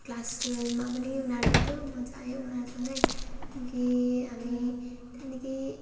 class ट्वेल्भमा पनि उनीहरू थियो मजा आयो उनीहरूसँगै त्यहाँदेखि हामी त्यहाँदेखि